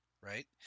right